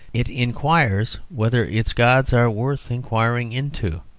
it inquires whether its gods are worth inquiring into.